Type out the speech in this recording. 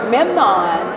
Memnon